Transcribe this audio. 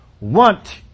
want